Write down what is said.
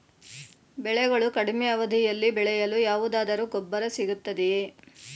ಬೆಳೆಗಳು ಕಡಿಮೆ ಅವಧಿಯಲ್ಲಿ ಬೆಳೆಯಲು ಯಾವುದಾದರು ಗೊಬ್ಬರ ಸಿಗುತ್ತದೆಯೇ?